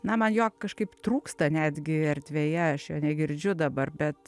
na man jo kažkaip trūksta netgi erdveje aš jo negirdžiu dabar bet